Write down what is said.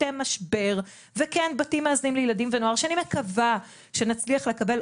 צוותי משבר וכן בתים מאזנים לילדים ונוער שאני מקווה שנצליח לקבל